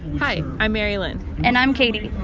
hi. i'm mary lynn and i'm katie.